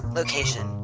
location,